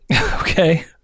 Okay